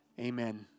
amen